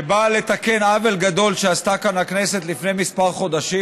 שבאה לתקן עוול גדול שעשתה כאן הכנסת לפני כמה חודשים,